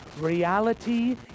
reality